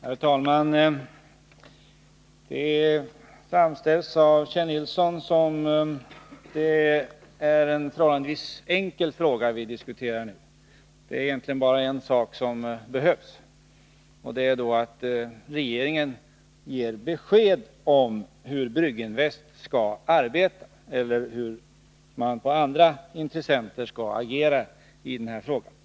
Herr talman! Kjell Nilsson framställer det som om det vore en förhållandevis enkel fråga vi diskuterar. Enligt honom är det egentligen bara en sak som behövs, och det är att regeringen ger besked om hur Brygginvest skall arbeta eller hur andra intressenter skall agera i den här frågan.